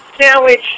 sandwich